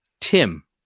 Tim